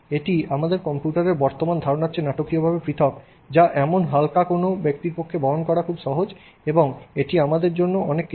এটি আমাদের কম্পিউটারের বর্তমান ধারণার চেয়ে নাটকীয়ভাবে পৃথক যা এমন হালকা যা কোনও ব্যক্তির পক্ষে বহন করা খুব সহজ এবং এটি আমাদের জন্য অনেক কিছু করে